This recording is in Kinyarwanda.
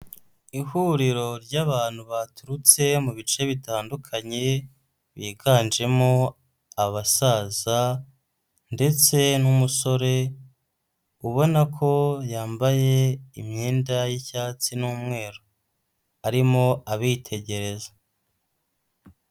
Ihuriro ry'abantu baturutse mu bice bitandukanye biganjemo abasaza ndetse n'umusore ubona ko yambaye imyenda y'icyatsi n'umweru arimo abitegereza.